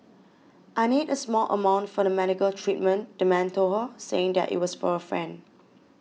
I need a small amount for the medical treatment the man told her saying that it was for a friend